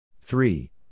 Three